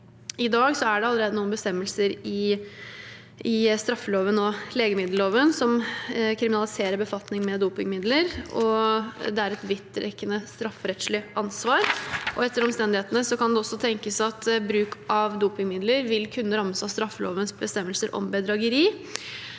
I dag er det allerede noen bestemmelser i straffeloven og legemiddelloven som kriminaliserer befatning med dopingmidler, og det er et vidtrekkende strafferettslig ansvar. Etter omstendighetene kan det også tenkes at bruk av dopingmidler vil kunne rammes av straffelovens bestemmelser om bedrageri.